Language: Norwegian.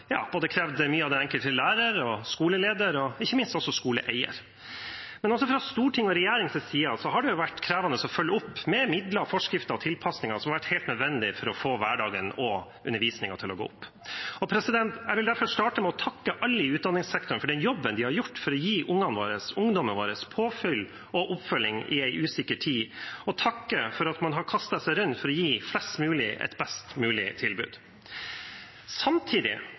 mye av både den enkelte lærer, skoleleder og ikke minst også skoleeier. Men også fra storting og regjering sin side har det krevende å følge opp med midler, forskrifter og tilpasninger som har vært helt nødvendig for å få hverdagen og undervisningen til å gå opp. Jeg vil derfor starte med å takke alle i utdanningssektoren for den jobben de har gjort for å gi ungene og ungdommene våre påfyll og oppfølging i en usikker tid, og takke for at man har kastet seg rundt for å gi flest mulig et best mulig tilbud. Samtidig